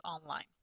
online